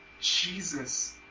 jesus